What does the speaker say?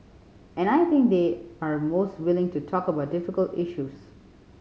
and I think they are most willing to talk about difficult issues